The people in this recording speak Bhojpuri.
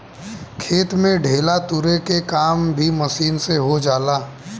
खेत में ढेला तुरे के काम भी मशीन से हो जाला